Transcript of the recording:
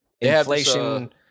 inflation